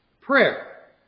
Prayer